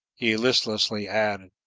he listlessly added.